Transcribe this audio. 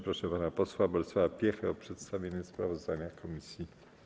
Proszę pana posła Bolesława Piechę o przedstawienie sprawozdania komisji.